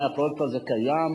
האם הפרויקט הזה קיים?